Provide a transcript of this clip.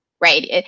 Right